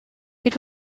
this